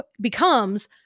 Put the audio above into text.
becomes